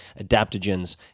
adaptogens